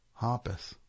Hoppus